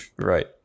Right